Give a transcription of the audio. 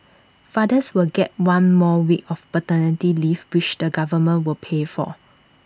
fathers will get one more week of paternity leave which the government will pay for